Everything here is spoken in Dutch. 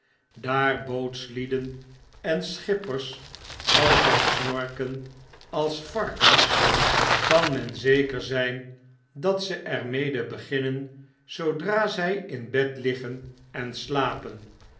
daar bootslieden en schippers altyd snorken als varkens kan men zeker zjjn dat ze er mede beginnen zoodra zfl in bed liggen en slapen